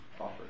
offer